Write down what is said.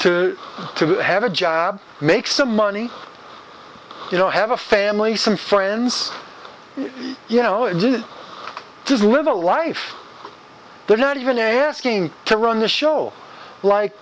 to to have a job make some money you know have a family some friends you know does live a life they're not even a asking to run the show like